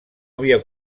havia